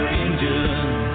engine